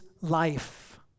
life